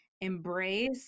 embrace